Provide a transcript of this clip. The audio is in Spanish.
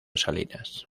salinas